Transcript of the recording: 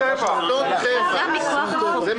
גם המדינה משתתפת בביטוח, וכן יש ביטוח לתשתיות.